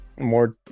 More